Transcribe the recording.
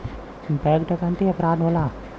bank डकैती अपराध होला